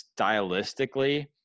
stylistically